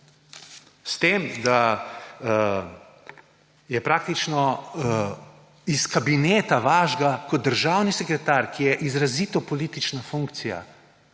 S tem, da je praktično iz vašega kabineta kot državni sekretar, ki je izrazito politično funkcija,